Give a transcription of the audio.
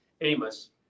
Amos